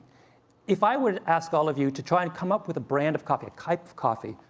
if i were to ask all of you to try and come up with a brand of coffee a type of coffee,